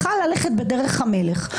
היה יכול ללכת בדרך המלך,